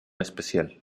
especial